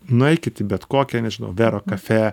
nueikit į bet kokią nežinau vero cafe